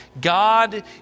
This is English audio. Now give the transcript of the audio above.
God